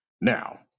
Now